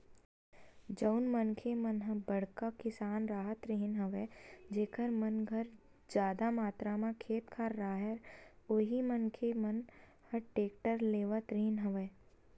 जउन मनखे मन ह बड़का किसान राहत रिहिन हवय जेखर मन घर जादा मातरा म खेत खार राहय उही मनखे मन ह टेक्टर लेवत रिहिन हवय